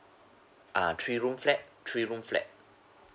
uh three room flat three room flat